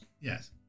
Yes